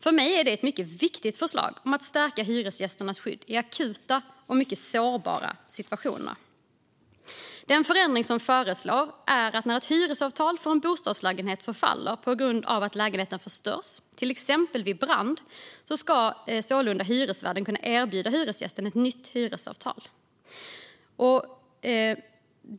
För mig är det ett mycket viktigt förslag för att stärka hyresgästernas skydd i akuta och sårbara situationer. Den förändring vi föreslår är att när ett hyresavtal för en bostadslägenhet förfaller på grund av att lägenheten förstörs, till exempel vid brand, ska hyresvärden erbjuda hyresgästen ett nytt hyresavtal.